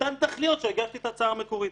מאותן תכליות שהגשתי את ההצעה המקורית.